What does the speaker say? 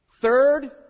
Third